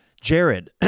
Jared